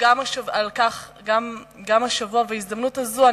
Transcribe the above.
בהזדמנות הזאת,